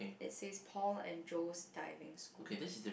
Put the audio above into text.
let's say Paul and Joe Diving School